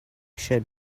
should